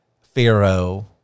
Pharaoh